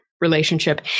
relationship